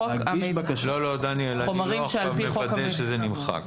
לא, לא, דניאל, אני לא עכשיו מוודא שזה נמחק.